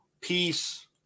peace